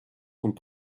und